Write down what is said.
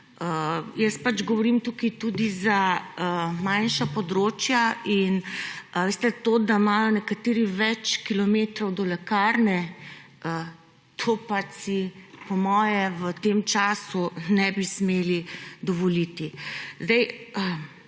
Jaz pač govorim tukaj tudi za manjša področja. Veste, to, da imajo nekateri več kilometrov do lekarne, to pač si po moje v tem času ne bi smeli dovoliti.